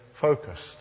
focused